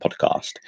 podcast